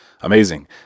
amazing